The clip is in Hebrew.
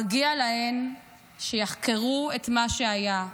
מגיע להן שיחקרו את מה שהיה,